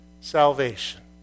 salvation